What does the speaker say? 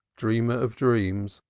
dreamer of dreams,